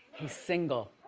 he's single.